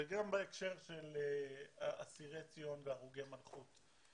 וגם בהקשר של אסירי ציון והרוגי מלכות.